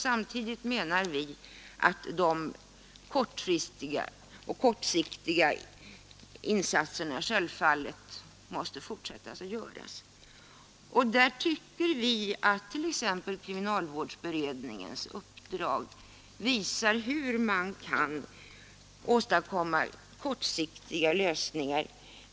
Samtidigt måste självfallet de kortfristiga och kortsiktiga insatserna fortsätta. Där tycker vi att t.ex. kriminalvårdsberedningens uppdrag visar hur man snabbt kan åstadkomma kortsiktiga lösningar.